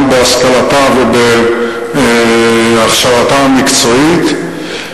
גם בהשכלתה ובהכשרתה המקצועית.